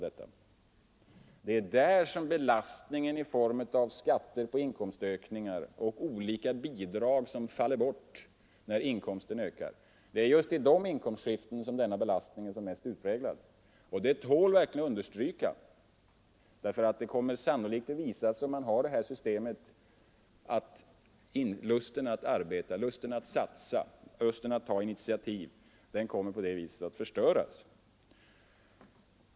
Det är för dem som belastningen ökar i form av skatter på inkomstökningar och bortfall av olika bidrag, när inkomsten ökar, det är just i de inkomstskikten som belastningen är som mest utpräglad. Detta tål verkligen att understrykas, därför att det sannolikt kommer att visa sig, om man har kvar det här systemet, att lusten att arbeta, lusten att satsa, lusten att ta initiativ kommer att förstöras.